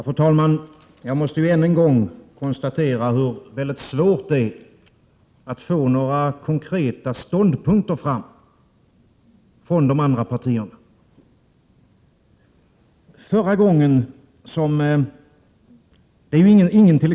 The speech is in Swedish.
Fru talman! Jag måste än en gång konstatera hur svårt det är att få fram några konkreta ståndpunkter från de andra partierna. Det ärt.ex.